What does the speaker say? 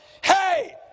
Hey